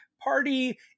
party